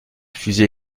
fusées